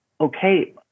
okay